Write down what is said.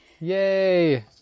Yay